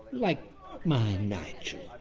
like my nigel.